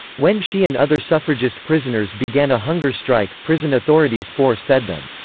when she and other suffragist prisoners began a hunger strike, prison authorities force-fed them.